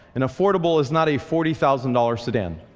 and affordable is not a forty thousand dollar sedan,